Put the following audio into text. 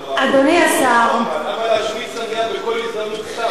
למה להשמיץ את המדינה בכל הזדמנות סתם?